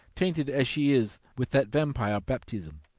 tainted as she is with that vampire baptism.